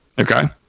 Okay